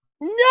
No